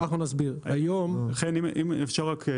אם אפשר רק להסביר,